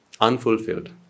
unfulfilled